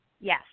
Yes